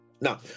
Now